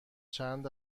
چند